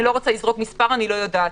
אני לא רוצה לזרוק סתם מספר כי אני לא יודעת,